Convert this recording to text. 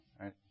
Right